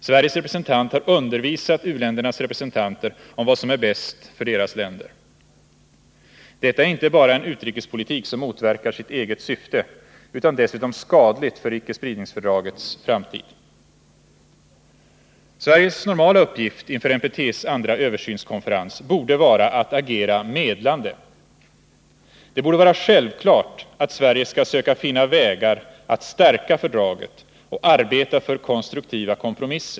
Sveriges representant har undervisat u-ländernas representanter om vad som är bäst för deras länder. — Detta är en utrikespolitik som inte bara motverkar sitt eget syfte utan som dessutom är skadlig för icke-spridningsfördragets framtid. Sveriges normala uppgift inför NPT:s andra översynskonferens borde vara att agera medlande. Det borde vara självklart att Sverige skall söka finna vägar att stärka fördraget och arbeta för konstruktiva kompromisser.